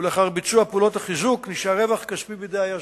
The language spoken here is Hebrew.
ולאחר ביצוע פעולות החיזוק נשאר רווח כספי בידי היזמים.